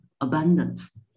abundance